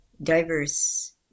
diverse